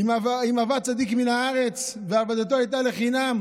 אם אבד צדיק מן הארץ ועבודתו הייתה לחינם